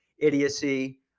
idiocy